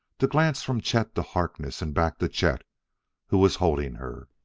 to glance from chet to harkness and back to chet who was holding her.